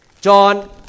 John